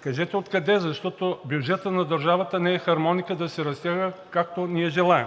кажете откъде, защото бюджетът на държавата не е хармоника да се разтяга както ние желаем.